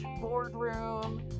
boardroom